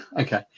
Okay